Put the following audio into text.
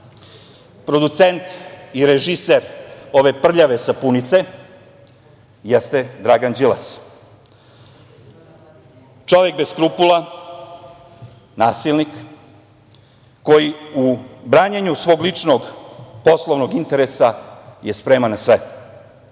producent i režiser ove prljave sapunice jeste Dragan Đilas, čovek bez skrupula, nasilnik koji u branjenju svog ličnog poslovnog interesaje spreman na sve. On